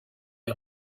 est